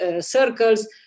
circles